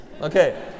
Okay